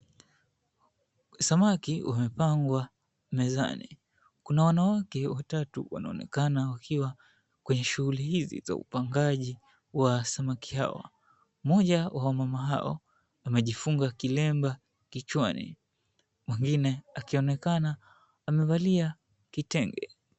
Samaki wamepangwa mezani. Kuna wanawake watatu wanaonekana wakiwa kwenye shughuli hizi za upangaji wa samaki hawa. Mmoja wa wamama hao amejifunga kilemba kichwani, mwingine akionekana amevalia kitenge.